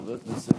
חבר הכנסת